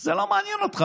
זה לא מעניין אותך.